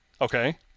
Okay